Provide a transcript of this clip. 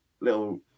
little